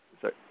Sorry